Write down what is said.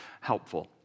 helpful